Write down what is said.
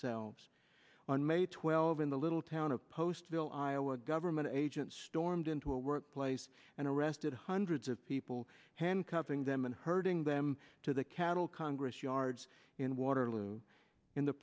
selves on may twelfth in the little town of postville iowa government agents stormed into a workplace and arrested hundreds of people handcuffing them and herding them to the cattle congress yards in waterloo in the